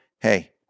Hey